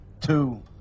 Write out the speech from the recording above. two